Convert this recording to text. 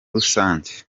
rusange